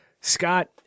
Scott